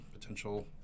potential